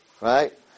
Right